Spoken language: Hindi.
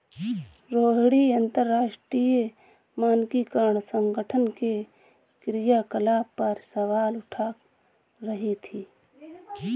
रोहिणी अंतरराष्ट्रीय मानकीकरण संगठन के क्रियाकलाप पर सवाल उठा रही थी